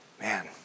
Man